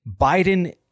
Biden